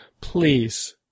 Please